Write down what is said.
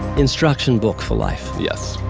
instruction book for life. yes.